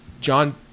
John